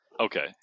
Okay